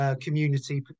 Community